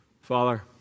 Father